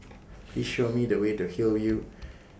Please Show Me The Way to Hillview